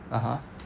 (uh huh)